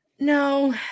No